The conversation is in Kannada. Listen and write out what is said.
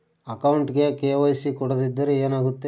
ಅಕೌಂಟಗೆ ಕೆ.ವೈ.ಸಿ ಕೊಡದಿದ್ದರೆ ಏನಾಗುತ್ತೆ?